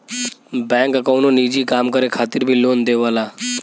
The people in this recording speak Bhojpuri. बैंक कउनो निजी काम करे खातिर भी लोन देवला